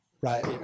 Right